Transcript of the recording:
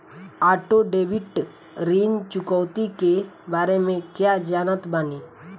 Auto debit ऋण चुकौती के बारे में कया जानत बानी?